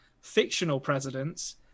fictional-presidents